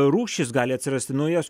rūšys gali atsirasti naujos